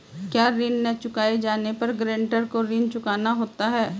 क्या ऋण न चुकाए जाने पर गरेंटर को ऋण चुकाना होता है?